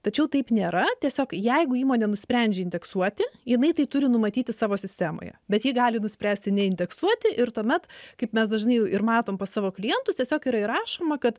tačiau taip nėra tiesiog jeigu įmonė nusprendžia indeksuoti jinai tai turi numatyti savo sistemoje bet ji gali nuspręsti neindeksuoti ir tuomet kaip mes dažnai ir matom pas savo klientus tiesiog yra įrašoma kad